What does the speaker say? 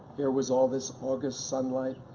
was all this august sunlight,